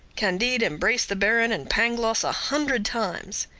candide embraced the baron and pangloss a hundred times.